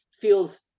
feels